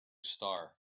star